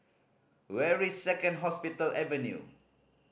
where is Second Hospital Avenue